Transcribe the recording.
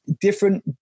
Different